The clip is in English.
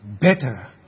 better